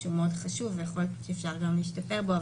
שהוא מאוד חשוב ויכול להיות שאפשר גם להשתפר בו,